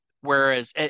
Whereas